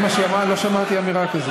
אם זה מה שהיא אמרה, לא שמעתי אמירה כזאת.